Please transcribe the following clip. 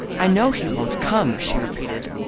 i know he won't come, she repeated.